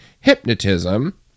hypnotism